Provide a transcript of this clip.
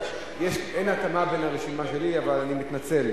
אין התאמה בין הרשימה שלי, אבל, אני מתנצל.